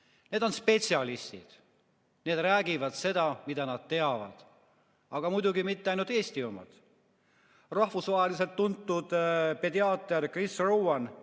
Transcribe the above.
Need on spetsialistid. Nad räägivad seda, mida nad teavad. Aga muidugi mitte ainult Eesti omad. Rahvusvaheliselt tuntud pediaater Cris Rowan